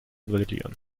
modellieren